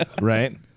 Right